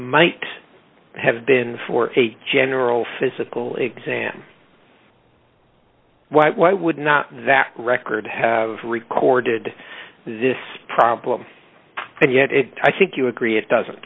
might have been for a general physical exam why would not that record have recorded this problem and yet i think you agree it doesn't